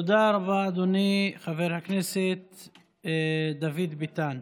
תודה רבה, אדוני חבר הכנסת דוד ביטן.